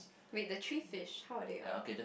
wait the three fish how are they a~